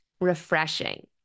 refreshing